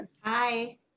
Hi